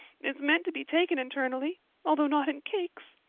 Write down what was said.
it's meant to be taken internally although not in cakes.